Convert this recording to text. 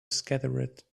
scattered